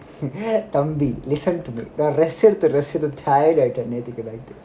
தம்பி:thambi listen to me நான் ரசிச்சு ரசிச்சு:naan rasichu rasichu tired ஆகிட்டேன்:agiten